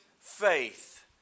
faith